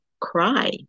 cry